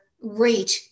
rate